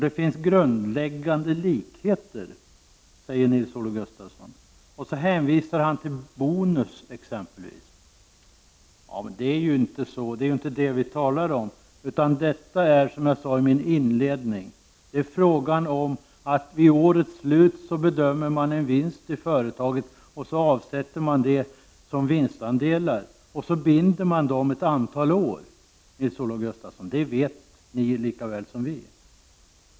Det finns grundläggande likheter, säger Nils-Olof Gustafsson och hänvisar till exempelvis bonus. Men det är ju inte det vi talar om. Här är det, som jag sade i min inledning, frågan om att man vid årets slut bedömer att det skall bli en vinst i företaget och avsätter pengar som vinstandelar och binder dem i ett antal år. Det vet ni lika väl som vi.